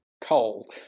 cold